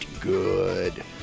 good